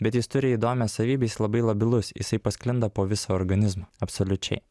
bet jis turi įdomią savybę jis labai labilus jisai pasklinda po visą organizmą absoliučiai